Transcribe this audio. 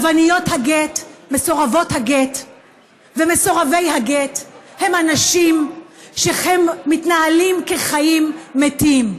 מסורבות הגט ומסורבי הגט הם אנשים שחייהם מתנהלים כחיים מתים.